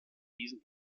diesen